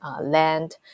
land